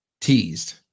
teased